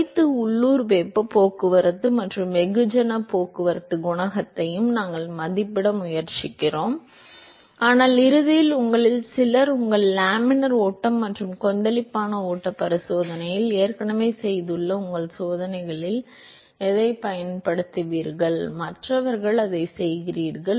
அனைத்து உள்ளூர் வெப்பப் போக்குவரத்து மற்றும் வெகுஜனப் போக்குவரத்துக் குணகத்தையும் நாங்கள் மதிப்பிட முயற்சிக்கிறோம் ஆனால் இறுதியில் உங்களில் சிலர் உங்கள் லேமினார் ஓட்டம் மற்றும் கொந்தளிப்பான ஓட்டப் பரிசோதனைகளில் ஏற்கனவே செய்துள்ள உங்கள் சோதனைகளில் எதைப் பயன்படுத்துவீர்கள் மற்றவர்கள் அதைச் செய்கிறார்கள்